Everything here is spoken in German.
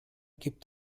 gibt